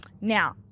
Now